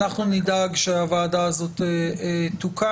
אנחנו נדאג שהוועדה הזאת תוקם,